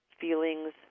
feelings